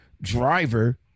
driver